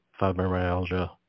fibromyalgia